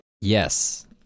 Yes